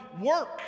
work